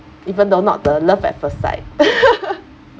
even though not the love at first sight